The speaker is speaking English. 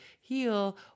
heal